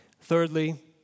Thirdly